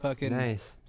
Nice